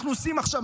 אנחנו עושים עכשיו,